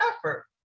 effort